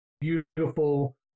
beautiful